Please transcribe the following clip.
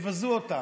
יבזו אותם.